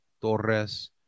Torres